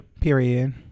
period